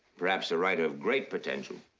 perhaps a writer of great potential.